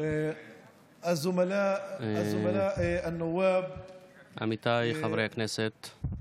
להלן תרגומם הסימולטני: עמיתיי חברי הכנסת,